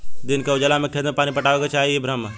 दिन के उजाला में खेत में पानी पटावे के चाही इ भ्रम ह